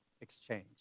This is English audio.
exchange